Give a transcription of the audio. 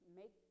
make